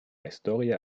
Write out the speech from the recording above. historia